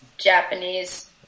Japanese